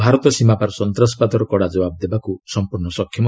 ଭାରତ ସୀମାପାର ସନ୍ତାସବାଦର କଡ଼ା ଜବାବ ଦେବାକୁ ସମ୍ପର୍ଶ୍ଣ ସକ୍ଷମ